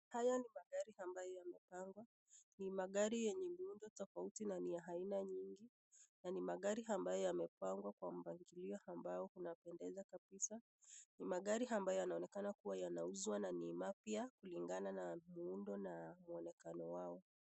Haya ni magari ambayo yame pangwa, ni magari yenye muundo tofauti na aina nyingi, na ni magari yamepangwa kutoka kwa mpangilio unayo pendeza kabisa. Ni magari ambayo yana onekana yame uzwa na ni mapywa kulingana na muundo na muonekano wao.